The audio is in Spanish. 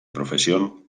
profesión